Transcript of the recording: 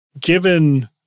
given